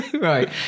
right